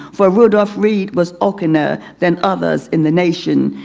for rudolph reed was oakener than others in the nation.